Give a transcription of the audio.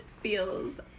feels